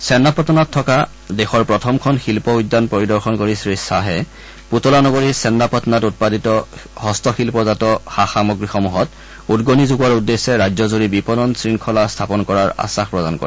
চেন্নাপটনাত থকা দেশৰ প্ৰথমখন শিল্প উদ্যান পৰিদৰ্শন কৰি শ্ৰী খাহে পুতলানগৰী চেন্নাপটনাত উৎপাদিত হস্তশিল্পজাত সা সামগ্ৰী সমূহত উদগণি যোগোৱাৰ উদ্দেশ্যে ৰাজ্যজুৰি বিপণন শংখলা স্থাপন কৰাৰ আগ্বাস প্ৰদান কৰে